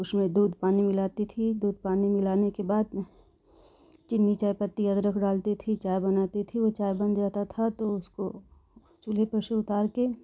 उसमें दूध पानी मिलाती थी दूध पानी मिलाने के बाद चीनी चायपत्ती अदरक डालती थी चाय बनाती थी और चाय बन जाता था तो उसको चूल्हे पर से उतार के